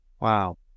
Wow